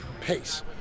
pace